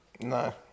No